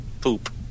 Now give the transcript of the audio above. poop